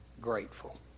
grateful